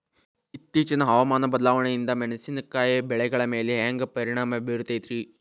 ಇತ್ತೇಚಿನ ಹವಾಮಾನ ಬದಲಾವಣೆಯಿಂದ ಮೆಣಸಿನಕಾಯಿಯ ಬೆಳೆಗಳ ಮ್ಯಾಲೆ ಹ್ಯಾಂಗ ಪರಿಣಾಮ ಬೇರುತ್ತೈತರೇ?